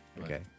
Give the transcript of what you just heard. Okay